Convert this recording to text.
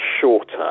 shorter